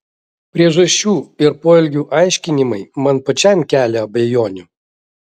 priežasčių ir poelgių aiškinimai man pačiam kelia abejonių